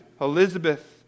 Elizabeth